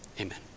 Amen